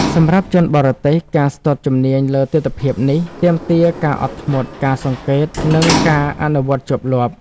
សម្រាប់ជនបរទេស ការស្ទាត់ជំនាញលើទិដ្ឋភាពនេះ ទាមទារការអត់ធ្មត់ ការសង្កេត និងការអនុវត្តជាប់លាប់។